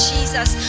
Jesus